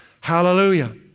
Hallelujah